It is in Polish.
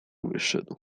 wyszedł